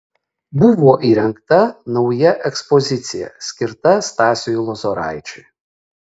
buvo įrengta nauja ekspozicija skirta stasiui lozoraičiui